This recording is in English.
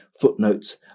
footnotes